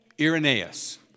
Irenaeus